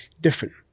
different